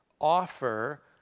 offer